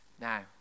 Now